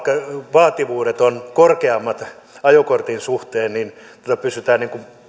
vaativuudet ovat korkeammat ajokortin suhteen niin tällä tavoin pysytään